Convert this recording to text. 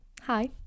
Hi